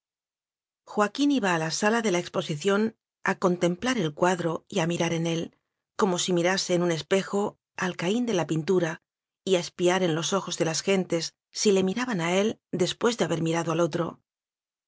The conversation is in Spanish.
joaquín iba a la sala de la exposición a contemplar el cuadro y a mirar en él como si mirase en un espejo al caín de la pintura y a espiar en los ojos de las gentes si le mi raban a él después de haber mirado al otro